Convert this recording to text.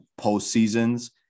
postseasons